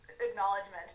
acknowledgement